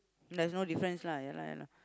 there's no difference lah ya lah ya lah